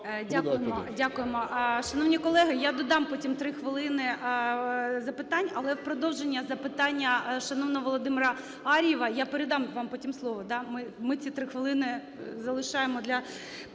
Дякуємо. Шановні колеги, я додам потім 3 хвилин запитань. Але в продовження запитання шановного Володимира Ар'єва. Я передам потім вам слово, ми ці 3 хвилини залишаємо для питань